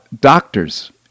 doctors